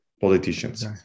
politicians